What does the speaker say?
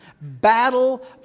battle